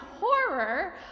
horror